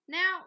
Now